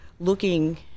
looking